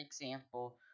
example